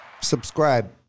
Subscribe